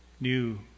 new